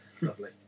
lovely